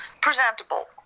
presentable